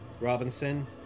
Robinson